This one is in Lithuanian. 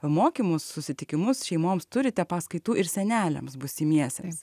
mokymus susitikimus šeimoms turite paskaitų ir seneliams būsimiesiems